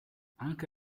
anche